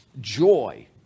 joy